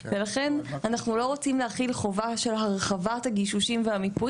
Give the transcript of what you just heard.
ולכן אנחנו לא רוצים להחיל חובה של הרחבת הגישושים והמיפויים